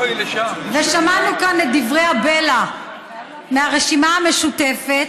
ושמענו כאן את דברי הבלע מהרשימה המשותפת,